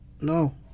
no